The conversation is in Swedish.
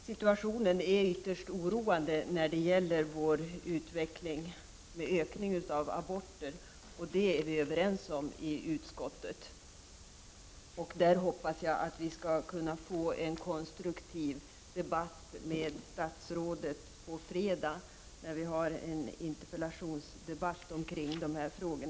Herr talman! Det ökade antalet aborter är ytterst oroande. Det är vi överens om i utskottet. Jag hoppas att vi skall kunna få en konstruktiv debatt med statsrådet på fredag när han besvarar en interpellation kring dessa frågor.